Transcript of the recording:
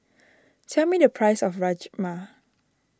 tell me the price of Rajma